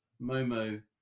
Momo